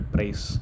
Price